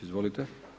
Izvolite.